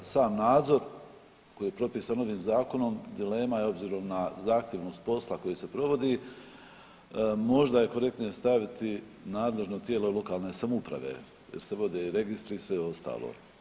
Sam nadzor koji je propisan ovim zakonom dilema je obzirom na zahtjevnost posla koji se provodi, možda je korektnije staviti nadležno tijelo lokalne samouprave jer se vode i registri i sve ostalo.